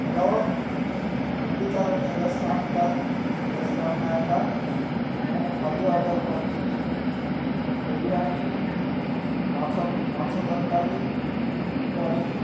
hello Gundicha restaurant restaurant ନା ଏଇଟା ମୁଁ ଖାଦ୍ୟ ଅର୍ଡ଼ର୍ କରିଥିଲି ବିରିୟାନୀ ମାଛ ମାଛ ତରକାରୀ ପନୀର୍